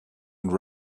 and